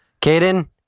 Caden